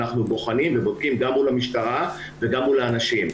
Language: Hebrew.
אנחנו בוחנים ובודקים גם מול המשטרה וגם מול האנשים.